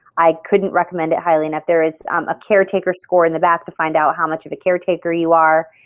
i couldn't recommend it highly enough. there is um a caretaker score in the back to find out how much of a caretaker you are